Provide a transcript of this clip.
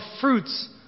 fruits